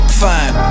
fine